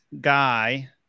guy